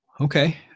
Okay